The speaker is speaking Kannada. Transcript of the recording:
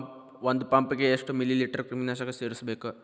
ಒಂದ್ ಪಂಪ್ ಗೆ ಎಷ್ಟ್ ಮಿಲಿ ಲೇಟರ್ ಕ್ರಿಮಿ ನಾಶಕ ಸೇರಸ್ಬೇಕ್?